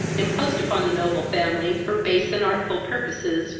imposed upon the noble family, for base and artful purposes,